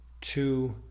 two